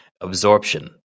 absorption